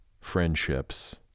friendships